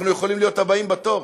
אנחנו יכולים להיות הבאים בתור,